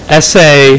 essay